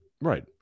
Right